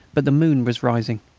but the moon was rising.